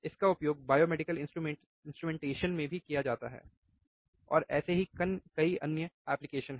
इसका उपयोग biomedical instrumentation में भी किया जाता है और ऐसे ही कई अन्य एप्लिकेशन है